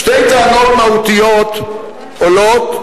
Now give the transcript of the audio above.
שתי טענות מהותיות עולות,